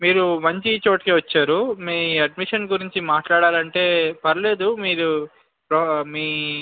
మీరు మంచి చోటికే వచ్చారు మీ అడ్మిషన్ గురించి మాట్లాడాలంటే పర్లేదు మీరు మీ